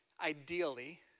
ideally